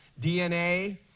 DNA